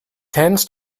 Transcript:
tends